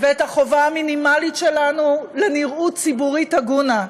ואת החובה המינימלית שלנו לנראות ציבורית הגונה.